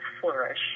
flourish